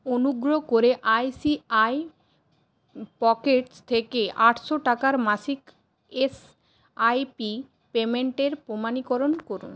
অনুগ্রহ করে ICI Pockets থেকে আটশো টাকার মাসিক এসআইপি পেমেন্টের প্রমাণীকরণ করুন